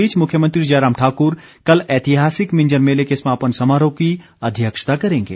इस बीच मुख्यमंत्री जयराम ठाकुर कल ऐतिहासिक मिंजर मेले के समापन समारोह की अध्यक्षता करेंगे